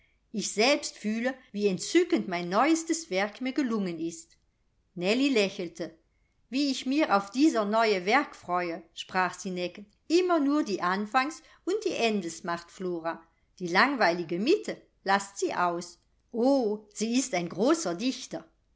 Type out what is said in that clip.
ich selbst fühle wie entzückend mein neuestes werk mir gelungen ist nellie lächelte wie ich mir auf dieser neue werk freue sprach sie neckend immer nur die anfangs und die endes macht flora die langweilige mitte laßt sie aus o sie ist ein großer dichter